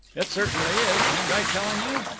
it certainly is. ain't i telling you?